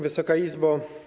Wysoka Izbo!